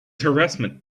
harassment